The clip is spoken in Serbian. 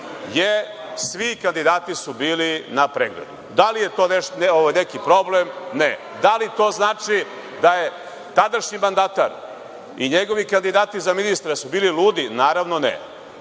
je svi kandidati su bili na pregleu. Da li je to neki problem? Ne. Da li to znači da je tadašnji mandatar i njegovi kandidati za ministra su bili ludi? Naravno, ne.